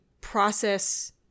process